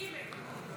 ג'.